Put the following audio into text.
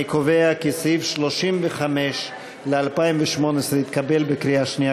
אני קובע כי סעיף 35 ל-2018 התקבל בקריאה שנייה,